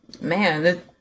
man